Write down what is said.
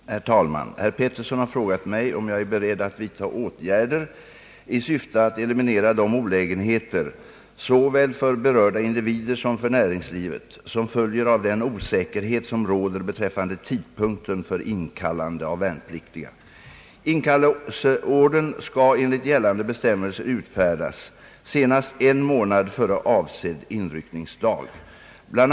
Herr talman! Herr Pettersson har frågat mig om jag är beredd att vidta åtgärder i syfte att eliminera de olägenheter — såväl för berörda individer som för näringslivet — som följer av den osäkerhet som råder beträffande tidpunkten för inkallande av värnpliktiga. Inkallelseorder skall enligt gällande bestämmelser utfärdas senast en månad före avsedd inryckningsdag. Bl.